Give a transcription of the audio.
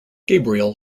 gabriel